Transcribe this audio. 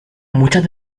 muchas